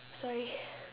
sorry